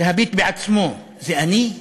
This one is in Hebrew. להביט בעצמו: זה אני?